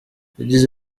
yagize